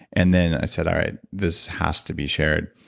and then i said, all right. this has to be shared.